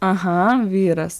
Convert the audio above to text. aha vyras